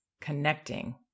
connecting